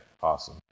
awesome